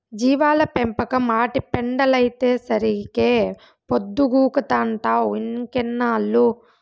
జీవాల పెంపకం, ఆటి పెండలైతేసరికే పొద్దుగూకతంటావ్ ఇంకెన్నేళ్ళు